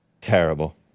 Terrible